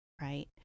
right